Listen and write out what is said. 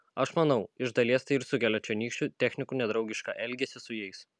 aš manau iš dalies tai ir sukelia čionykščių technikų nedraugišką elgesį su jais